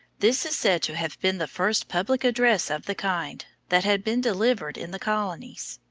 this is said to have been the first public address of the kind that had been delivered in the colonies.